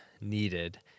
needed